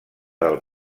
del